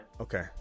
Okay